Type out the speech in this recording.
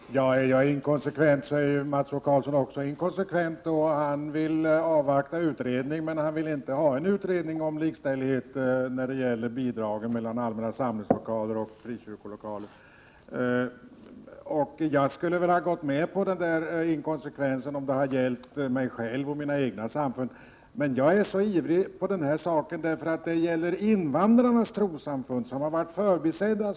Herr talman! Om jag är inkonsekvent så är också Mats O Karlsson det. Han vill avvakta en utredning, men han vill inte få till stånd en utredning om likafördelning av bidrag till allmänna samlingslokaler och frikyrkolokaler. Jag kunde ha accepterat denna inkonsekvens om det hade gällt mig själv och mina egna samfund. Men nu gäller det invandrarnas trossamfund, och därför är jag så ivrig. De har länge varit förbisedda.